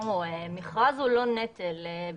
מכרז הוא לא נטל בעינינו,